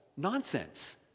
Nonsense